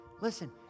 Listen